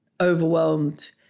overwhelmed